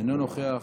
אינו נוכח.